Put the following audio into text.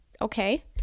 okay